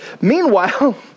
Meanwhile